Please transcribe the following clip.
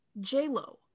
J-Lo